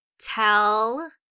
tell